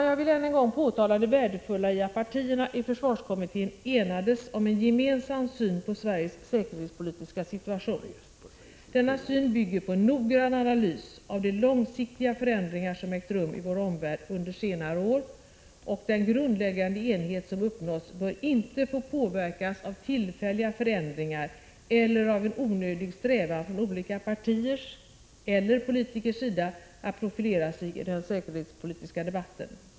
Jag vill än en gång framhålla det värdefulla i att partierna i försvarskommittén enades om en gemensam syn på Sveriges säkerhetspolitiska situation. Denna syn bygger på en noggrann analys av de långsiktiga förändringar som ägt rum i vår omvärld under senare år. Den grundläggande enighet som uppnåtts bör inte få påverkas av tillfälliga förändringar eller av en onödig strävan från olika partiers eller politikers sida att profilera sig i den säkerhetspolitiska debatten.